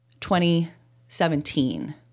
2017